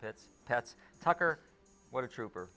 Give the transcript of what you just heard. pets pets tucker what a trooper